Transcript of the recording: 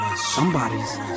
Somebody's